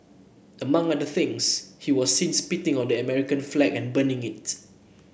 among other things he was seen spitting on the American flag and burning it